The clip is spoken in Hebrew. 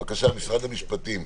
בבקשה, משרד המשפטים.